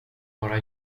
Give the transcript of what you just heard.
vara